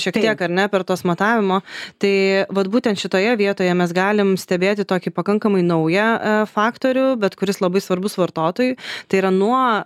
šiek tiek ar ne per tuos matavimo tai vat būtent šitoje vietoje mes galim stebėti tokį pakankamai naują faktorių bet kuris labai svarbus vartotojui tai yra nuo